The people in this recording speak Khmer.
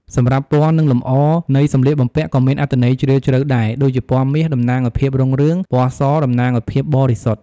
សម្រាប់ពណ៌ និងលម្អ នៃសម្លៀកបំពាក់ក៏មានអត្ថន័យជ្រាលជ្រៅដែរ ដូចជាពណ៌មាស តំណាងឱ្យភាពរុងរឿង ពណ៌ស តំណាងឱ្យភាពបរិសុទ្ធ។